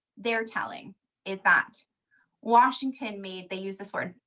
their telling is that washington made they use this word,